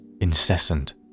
incessant